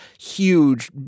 huge